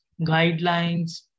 guidelines